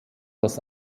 das